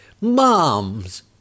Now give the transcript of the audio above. Moms